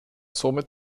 somit